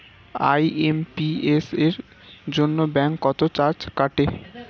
IMPS এর জন্য bank কত চার্জ কাটে?